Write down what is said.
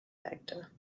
factor